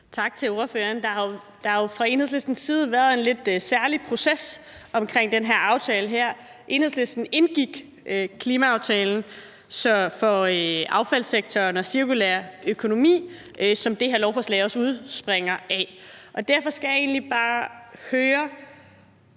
Tak til ordføreren. Der har jo fra Enhedslistens side været en lidt særlig proces omkring den her aftale. Enhedslisten indgik klimaaftalen for affaldssektoren og cirkulær økonomi, som det her lovforslag også udspringer af, og derfor skal jeg egentlig bare høre,